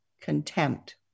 contempt